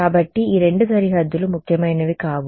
కాబట్టి ఈ రెండు సరిహద్దులు ముఖ్యమైనవి కావు